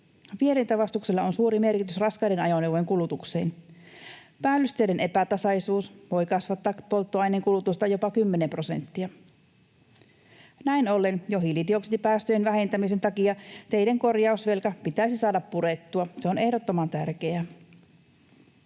Vierintävastuksella on suuri merkitys raskaiden ajoneuvojen kulutukseen. Päällysteiden epätasaisuus voi kasvattaa polttoaineen kulutusta jopa kymmenen prosenttia. Näin ollen jo hiilidioksidipäästöjen vähentämisen takia teiden korjausvelka pitäisi saada purettua, se on ehdottoman tärkeää.